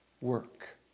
work